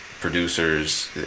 Producers